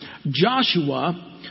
Joshua